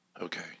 Okay